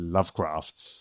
Lovecrafts